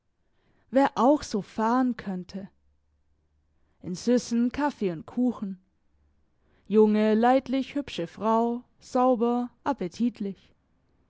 wer auch so fahren könnte in süssen kaffee und kuchen junge leidlich hübsche frau sauber appetitlich